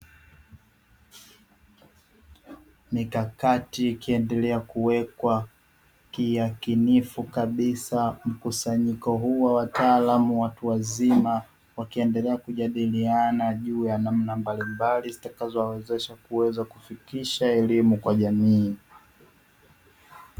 Mikakati ikiendelea kuwekwa kiyakinifu kabisa mkusanyiko huu wa wataalamu watu wazima wakiendelea kujadiliana juu ya namna mbalimbali zitakazo wawezesha kuweza kufikisha elimu kwa jamii.